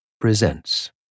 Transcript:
presents